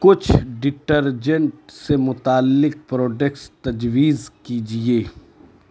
کچھ ڈٹرجنٹ سے متعلق پروڈکٹس تجویز کیجئے